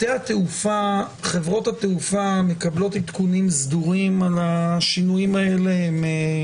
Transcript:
חברות התעופה מקבלות הסברים סדורים על השינויים האלה דרך רש"ת,